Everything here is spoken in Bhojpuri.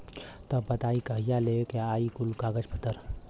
तब बताई कहिया लेके आई कुल कागज पतर?